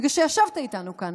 בגלל שישבת איתנו כאן,